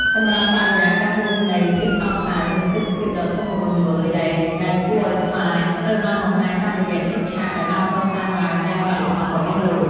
សម្រាប់បរិយាកាសរួមនៃ ភាពសោគសៅ និងទេសភាពដ៏ធំល្វឹងល្វើយដែរ ដែលគួរឲ្យខ្លាច ត្រូវបានបង្ហាញតាមរយៈឈុតឆាកដែលបានកសាងឡើងយ៉ាងល្អិតល្អន់របស់លោក។